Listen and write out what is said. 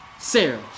Sarah